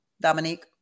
Dominique